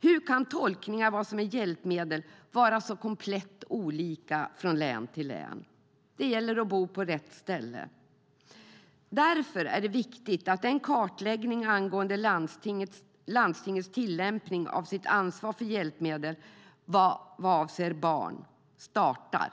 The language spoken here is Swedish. Hur kan tolkningar av vad som är hjälpmedel vara så komplett olika från län till län? Det gäller att bo på rätt ställe. Därför är det viktigt att kartläggningen angående landstingens tillämpning av sitt ansvar för hjälpmedel vad avser glasögon för barn startar.